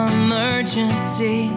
emergency